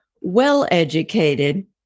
well-educated